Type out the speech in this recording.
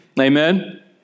Amen